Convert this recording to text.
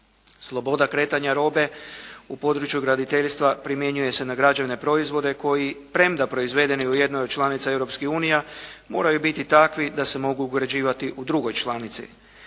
Sloboda kretanja robe u području graditeljstva primjenjuje se na građevne proizvode koji premda proizvedeni u jednoj od članica Europske unije moraju biti takvi da se mogu ugrađivati u drugoj članici.